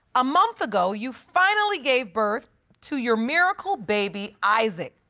a month ago you finally gave birth to your miracle baby isaac.